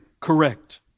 correct